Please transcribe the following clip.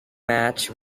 match